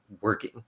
working